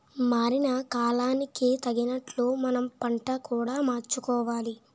మారిన కాలానికి తగినట్లు మనం పంట కూడా మార్చుకోవాలి